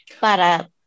para